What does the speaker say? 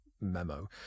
memo